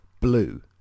blue